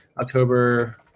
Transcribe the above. October